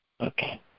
okay